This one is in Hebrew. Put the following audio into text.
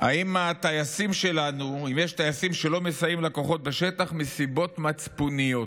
אם יש טייסים שלא מסייעים לכוחות בשטח מסיבות מצפוניות.